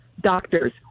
doctors